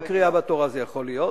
בתורה זה יכול להיות.